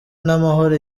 n’amahoro